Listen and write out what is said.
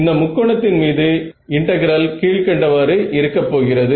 இந்த முக்கோணத்தின் மீது இன்டெகிரல் கீழ்க்கண்டவாறு இருக்க போகிறது